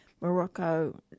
Morocco